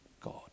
God